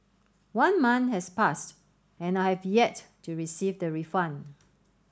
one month has passed and I have yet to receive the refund